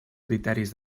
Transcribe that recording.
criteris